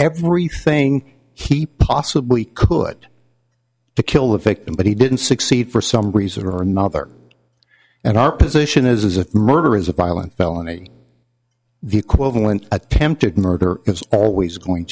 everything he possibly could to kill the victim but he didn't succeed for some reason or another and our position is a murder is a violent felony the equivalent attempted murder it's always going